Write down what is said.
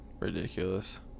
Ridiculous